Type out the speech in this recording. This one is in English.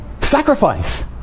Sacrifice